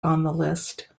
list